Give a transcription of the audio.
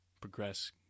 progress